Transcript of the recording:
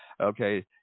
Okay